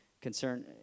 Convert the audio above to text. concern